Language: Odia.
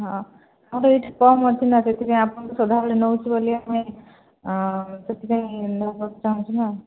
ହଁ ଆମର ଏଇଠି କମ ଅଛି ନା ସେଥିପାଇଁ ଆପଣଙ୍କଠୁ ସଦାବେଳେ ନେଉଛୁ ବୋଲି ସେଥିପାଇଁ ନେବାକୁ ଚାହୁଁଛି ନା